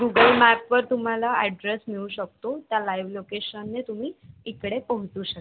Google मॅपवर तुम्हाला address मिळू शकतो त्या लाईव लोकेशनने तुम्ही इकडे पोहोचू शकता